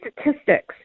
statistics